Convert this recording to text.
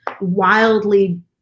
wildly